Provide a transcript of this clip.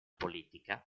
politica